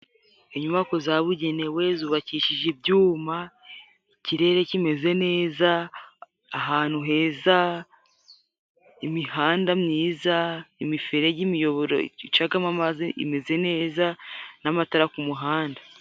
Inyubako zabugenewe zubakishije ibyuma, ikirere kimeze neza, ahantu heza, imihanda myiza, imiferege, imiyoboro icagamo amazi imeze neza n'amatara ku muhanda.